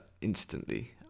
instantly